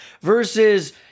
versus